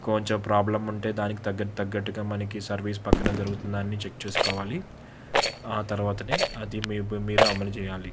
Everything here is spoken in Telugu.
కొంచెం ప్రాబ్లమ్ ఉంటే దానికి తగ్గట్ తగ్గట్టుగా మనకి సర్వీస్ పక్కన దొరుకుతుందా అన్నీ చెక్ చేసుకోవాలి ఆ తర్వాతనే అది మీ మీరు అమలు చెయ్యాలి